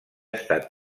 estat